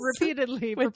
repeatedly